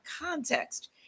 context